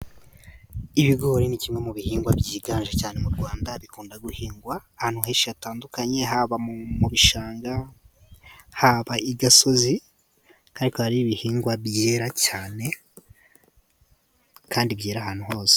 Ibigori ni kimwe mu bihingwa byiganje cyane mu Rwanda. Bikunda guhingwa ahantu henshi hatandukanye, haba mu bishanga haba i gasozi, ariko hariho ibihingwa byera cyane, kandi byera ahantu hose.